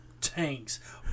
tanks